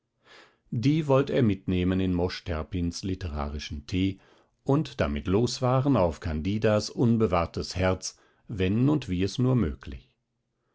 die wollt er mitnehmen in mosch terpins literarischen tee und damit losfahren auf candidas unbewahrtes herz wenn und wie es nur möglich